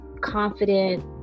confident